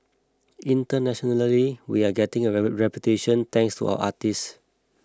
internationally we're getting a reputation thanks to our artists